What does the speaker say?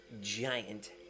giant